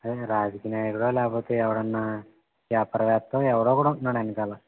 రాజకీయ నాయకుడో లేకపోతె ఎవడన్నా శాస్త్రవేత్తో ఎవడో ఒకడు ఉంటున్నాడు వెనకాల